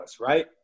right